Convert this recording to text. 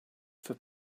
for